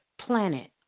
planet